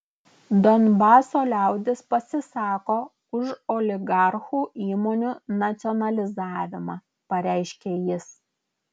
donbaso liaudis pasisako už oligarchų įmonių nacionalizavimą pareiškė jis